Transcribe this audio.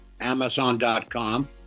amazon.com